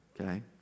okay